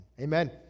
Amen